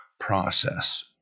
process